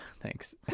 thanks